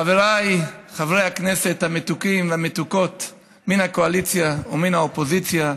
חבריי חברי הכנסת המתוקים והמתוקות מן הקואליציה ומן האופוזיציה,